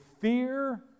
fear